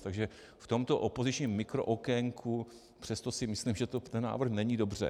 Takže v tomto opozičním mikrookénku přesto si myslím, že ten návrh není dobře.